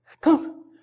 come